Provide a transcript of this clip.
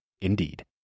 Indeed